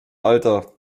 alter